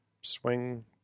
swing